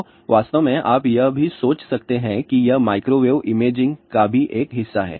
तो वास्तव में आप यह भी सोच सकते हैं कि यह माइक्रोवेव इमेजिंग का भी एक हिस्सा है